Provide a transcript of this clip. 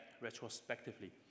retrospectively